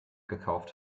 gekauft